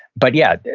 but yeah,